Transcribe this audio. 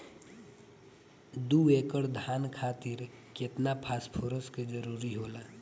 दु एकड़ धान खातिर केतना फास्फोरस के जरूरी होला?